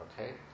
okay